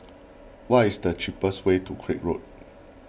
what is the cheapest way to Craig Road